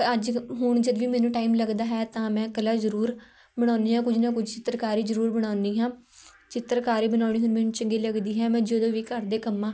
ਅੱਜ ਹੁਣ ਜਦੋਂ ਵੀ ਮੈਨੂੰ ਟਾਈਮ ਲੱਗਦਾ ਹੈ ਤਾਂ ਮੈਂ ਕਲਾ ਜ਼ਰੂਰ ਬਣਾਉਂਦੀ ਆ ਕੁਝ ਨਾ ਕੁਝ ਚਿੱਤਰਕਾਰੀ ਜ਼ਰੂਰ ਬਣਾਉਂਦੀ ਹਾਂ ਚਿੱਤਰਕਾਰੀ ਬਣਾਉਣੀ ਹੁਣ ਮੈਨੂੰ ਚੰਗੀ ਲੱਗਦੀ ਹੈ ਮੈਂ ਜਦੋਂ ਵੀ ਘਰ ਦੇ ਕੰਮਾਂ